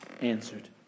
answered